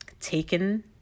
taken